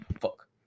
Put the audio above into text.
Fuck